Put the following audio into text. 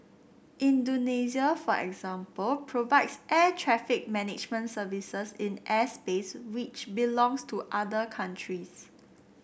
Indonesia for example provides air traffic management services in airspace which belongs to other countries